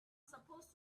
supposed